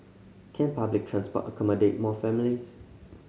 can public transport accommodate more families